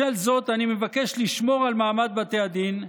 בשל זאת אני מבקש לשמור על מעמד בתי הדין,